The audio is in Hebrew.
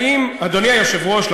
אדוני היושב-ראש,